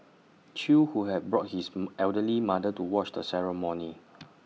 chew who had brought his elderly mother to watch the ceremony